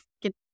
get